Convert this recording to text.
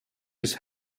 his